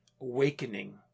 awakening